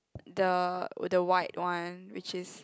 the the white one which is